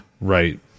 Right